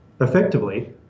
Effectively